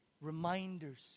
reminders